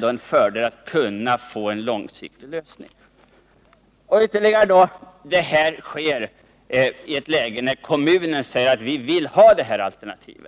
den föredrar detta alternativ.